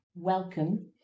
Welcome